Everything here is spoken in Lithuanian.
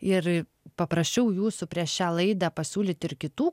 ir paprašiau jūsų prieš šią laidą pasiūlyti ir kitų